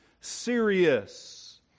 serious